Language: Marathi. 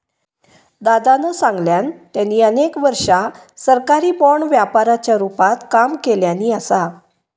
दादानं सांगल्यान, त्यांनी अनेक वर्षा सरकारी बाँड व्यापाराच्या रूपात काम केल्यानी असा